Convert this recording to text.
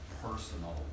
personal